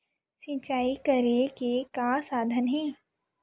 सिंचाई करे के का साधन हे?